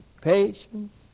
patience